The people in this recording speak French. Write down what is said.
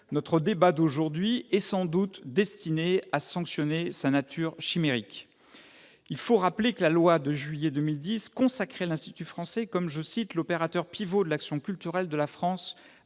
Notre débat d'aujourd'hui est sans doute destiné à sanctionner sa nature chimérique. Il faut rappeler que la loi de juillet 2010 consacrait l'Institut français comme « l'opérateur pivot de l'action culturelle de la France